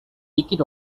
ticket